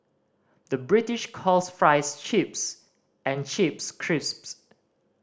the British calls fries chips and chips crisps